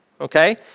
okay